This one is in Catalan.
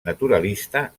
naturalista